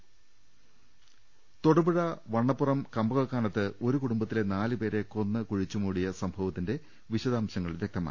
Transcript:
രദ്ദേഷ്ടങ തൊടുപുഴ വണ്ണപ്പുറം കമ്പകക്കാനത്ത് ഒരു കുടുംബത്തിലെ നാല് പേരെ കൊന്ന് കുഴിച്ചുമൂടിയ സംഭവത്തിന്റെ വിശദാംശങ്ങൾ വൃക്തമായി